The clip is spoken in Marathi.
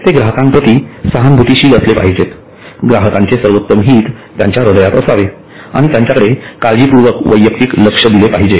ते ग्राहकांप्रति सहानुभूतीशील असले पाहिजेत ग्राहकांचे सर्वोत्तम हित त्यांच्या हृदयात असावे आणि त्यांच्याकडे काळजीपूर्वक वैयक्तिकृत लक्ष दिले पाहिजे